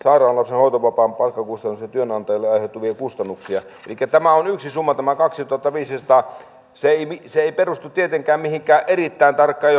hoitovapaan palkkakustannuksista työnantajalle aiheutuvia kustannuksia elikkä tämä on yksi summa tämä kaksituhattaviisisataa se ei se ei perustu tietenkään mihinkään erittäin tarkkaan